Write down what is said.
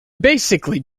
basically